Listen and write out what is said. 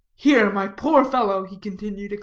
here, my poor fellow, he continued,